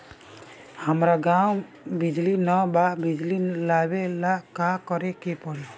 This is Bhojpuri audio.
हमरा गॉव बिजली न बा बिजली लाबे ला का करे के पड़ी?